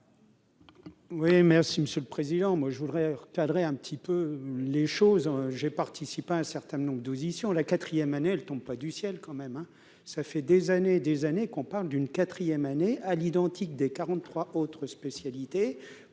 Oui, merci Monsieur le Président, moi je voudrais recadrer un petit peu les choses, j'ai participé à un certain nombre douze ici on la quatrième année, elle tombe pas du ciel quand même hein, ça fait des années et des années qu'on parle d'une 4ème année à l'identique des 43 autres spécialités